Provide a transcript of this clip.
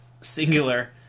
singular